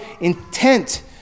intent